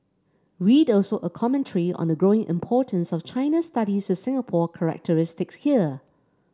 read also a commentary on the growing importance of China studies with Singapore characteristics here